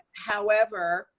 however,